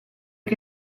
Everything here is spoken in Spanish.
que